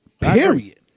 Period